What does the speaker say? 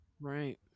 Right